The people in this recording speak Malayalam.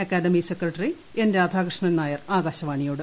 academy secretary N Radhakrishnan Nair ആകാശവാണിയോട്